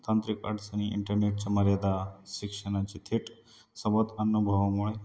तांत्रिक अडचणी इंटरनेटच्या मर्यादा शिक्षणाचे थेट सोबत अनुभवामुळे